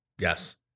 Yes